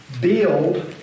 build